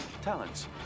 talents